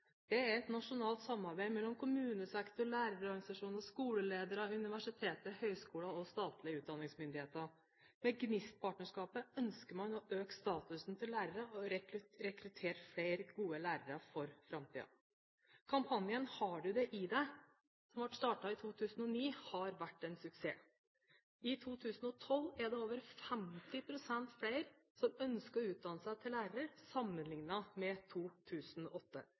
Det er et nasjonalt samarbeid mellom kommunesektoren, lærerorganisasjoner, skoleledere, universitet, høgskoler og statlige utdanningsmyndigheter. Med GNIST-partnerskapet ønsker man å øke statusen til lærere og rekruttere flere gode lærere for framtiden. Kampanjen «Har du det i deg?», som ble startet i 2009, har vært en suksess. I 2012 er det over 50 pst. flere som ønsker å utdanne seg til lærere, enn det var i 2008.